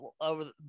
over